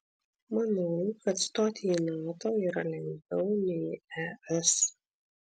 manau kad stoti į nato yra lengviau nei į es